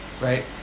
Right